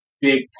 big